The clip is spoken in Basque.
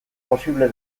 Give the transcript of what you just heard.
posible